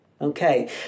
Okay